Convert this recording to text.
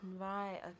Right